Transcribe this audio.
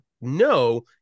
no